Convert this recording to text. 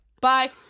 bye